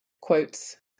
quotes